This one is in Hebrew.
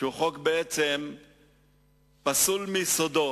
שהוא חוק פסול מיסודו